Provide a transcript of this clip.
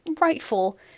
rightful